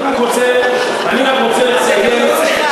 אני רק רוצה לסיים.